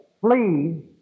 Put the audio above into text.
flee